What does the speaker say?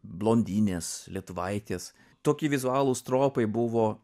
blondinės lietuvaitės tokie vizualus tropai buvo